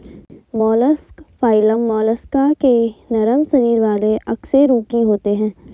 mollusc phylum Mollusca के नरम शरीर वाले अकशेरुकी होते हैं